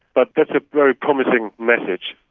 but that's a very promising message.